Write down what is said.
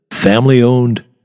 family-owned